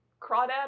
Crawdad